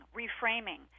reframing